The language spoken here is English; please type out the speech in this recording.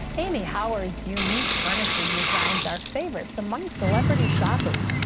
amy howard's unique furniture designs are favorites among celebrity shoppers,